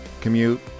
commute